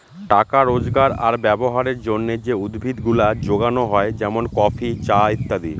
টাকা রোজগার আর ব্যবহারের জন্যে যে উদ্ভিদ গুলা যোগানো হয় যেমন কফি, চা ইত্যাদি